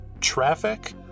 Traffic